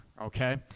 okay